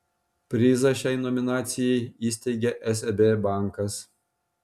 prizą šiai nominacijai įsteigė seb bankas